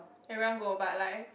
everyone go but like